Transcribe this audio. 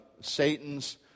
Satan's